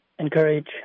encourage